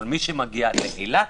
אבל מי שמגיע לאילת,